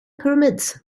pyramids